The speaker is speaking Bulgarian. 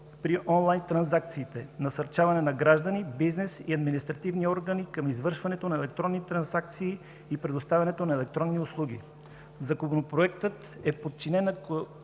при онлайн транзакциите, насърчаване на граждани, бизнес и административни органи към извършването на електронни транзакции и предоставянето на електронни услуги. Законопроектът е подчинен